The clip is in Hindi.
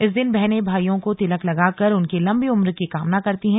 इस दिन बहनें भाइयों को तिलक लगाकर उनकी लंबी उम्र की कामना करती हैं